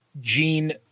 Gene